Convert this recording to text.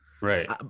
Right